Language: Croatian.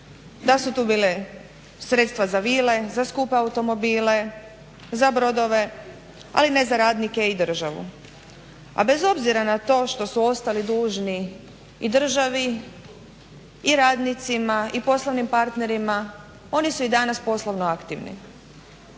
da su tu bila sredstva za vile, za skupe automobile, za brodove, ali ne za radnike i državu. A bez obzira na to što su ostali dužni i državi i radnicima i poslovnim partnerima oni su i danas poslovno aktivni.